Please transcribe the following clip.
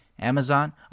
Amazon